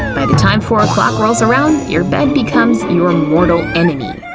by the time four o'clock rolls around your bed becomes your mortal enemy.